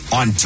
on